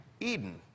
Eden